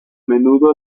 menudo